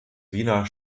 wiener